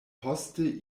poste